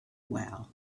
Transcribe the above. while